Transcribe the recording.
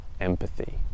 empathy